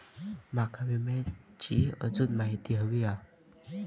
माका विम्याची आजून माहिती व्हयी हा?